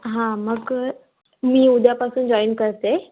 हां मग मी उद्यापासून जॉईन करते